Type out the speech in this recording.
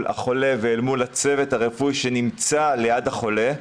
החולה ואל מול הצוות הרפואי שנמצא ליד החולה,